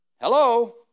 Hello